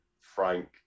frank